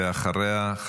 ואחריה,